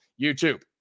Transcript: YouTube